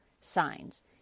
signs